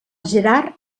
gerard